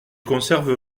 conserves